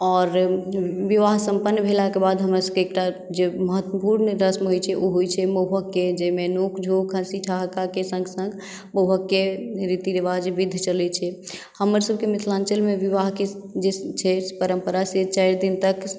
और विवाह सम्पन्न भेलाके बाद हमरा सभके एकटाजे महत्वपुर्ण रस्म होइ छै ओ होइ छै महुहकके जाहिमे नोक झोक हँसी ठहाकाके सङ्ग सङ्ग महुहकके रीति रिवाज विध चलै छै हमर मिथिलाञ्चलमे विवाहके छै जे परम्परा से चारि दिन तक